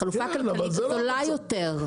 חלופה כלכלית זולה יותר.